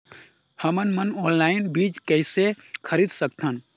हमन मन ऑनलाइन बीज किसे खरीद सकथन?